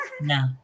No